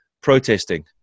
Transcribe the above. protesting